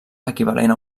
equivalent